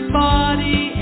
body